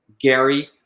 Gary